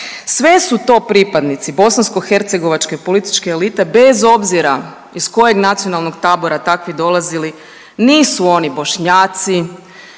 Sve su to pripadnici bosansko-hercegovačke političke elite bez obzira iz koje nacionalnog tabora takvi dolazili. Nisu oni Bošnjaci,